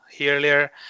earlier